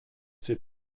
fait